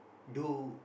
do